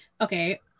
Okay